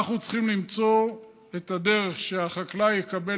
אנחנו צריכים למצוא את הדרך שהחקלאי יקבל